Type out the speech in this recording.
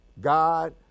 God